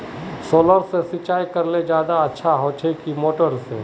Solar से सिंचाई करले ज्यादा अच्छा होचे या मोटर से?